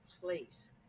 place